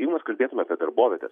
jeigu mes kalbėtume apie darbovietes